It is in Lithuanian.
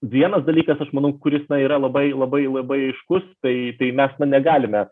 vienas dalykas aš manau kuris yra labai labai labai aiškus tai tai mes negalime